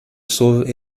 sauve